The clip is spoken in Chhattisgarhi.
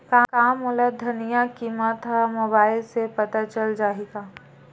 का मोला धनिया किमत ह मुबाइल से पता चल जाही का?